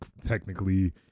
technically